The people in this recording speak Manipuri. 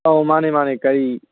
ꯑꯧ ꯃꯥꯅꯦ ꯃꯥꯅꯦ ꯀꯔꯤ